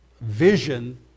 vision